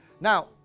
Now